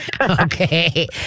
Okay